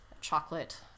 chocolate